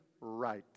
right